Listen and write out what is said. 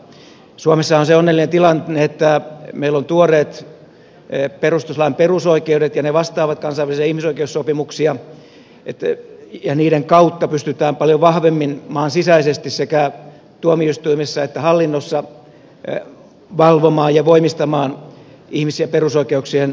suomessahan on se onnellinen tilanne että meillä on tuoreet perustuslain perusoikeudet ja ne vastaavat kansainvälisiä ihmisoikeussopimuksia ja niiden kautta pystytään paljon vahvemmin maan sisäisesti sekä tuomioistuimissa että hallinnossa valvomaan ja voimistamaan ihmis ja perusoikeuksien toteuttamista